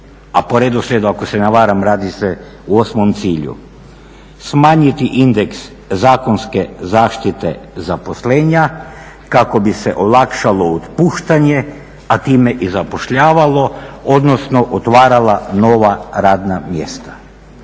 a po redoslijedu ako se ne varam radi se o 8. cilj smanjiti indeks zakonske zaštite zaposlenja kako bi se olakšalo otpuštanje a time i zapošljavalo odnosno otvarala nova radna mjesta.